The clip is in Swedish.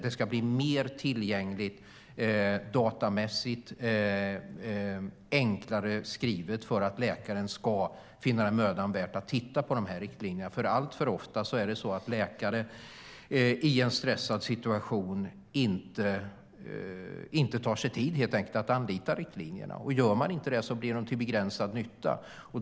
Det ska bli mer tillgängligt datamässigt och enklare skrivet, för att läkaren ska finna det vara mödan värt att titta på riktlinjerna. Alltför ofta är det nämligen så att läkare i en stressad situation helt enkelt inte tar sig tid att anlita riktlinjerna, och gör man inte det blir de till begränsad nytta.